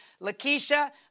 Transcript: lakeisha